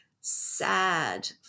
sad